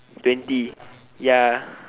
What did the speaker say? twenty ya